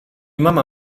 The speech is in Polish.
mama